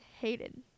hated